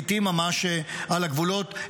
לעיתים ממש על הגבולות,